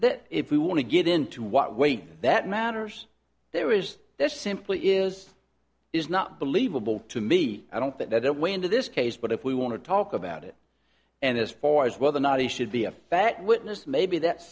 that if we want to get into what weight that matters there is this simply is is not believable to me i don't think that way into this case but if we want to talk about it and as far as whether or not he should be a fact witness maybe that's